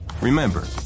Remember